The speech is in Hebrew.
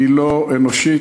היא לא אנושית.